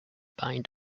bind